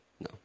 No